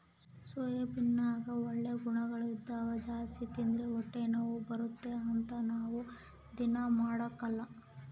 ಸೋಯಾಬೀನ್ನಗ ಒಳ್ಳೆ ಗುಣಗಳಿದ್ದವ ಜಾಸ್ತಿ ತಿಂದ್ರ ಹೊಟ್ಟೆನೋವು ಬರುತ್ತೆ ಅಂತ ನಾವು ದೀನಾ ಮಾಡಕಲ್ಲ